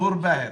צור באהר,